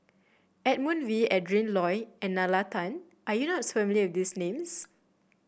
Edmund Wee Adrin Loi and Nalla Tan are you not familiar with these names